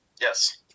Yes